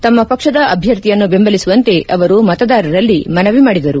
ತಮ್ಮ ಪಕ್ಷದ ಅಭ್ಯರ್ಥಿಯನ್ನು ಬೆಂಬಲಿಸುವಂತೆ ಅವರು ಮತದಾರರಲ್ಲಿ ಮನವಿ ಮಾಡಿದರು